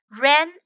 Ran